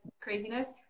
craziness